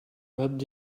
rubbed